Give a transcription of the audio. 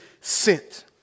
sent